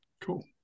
Cool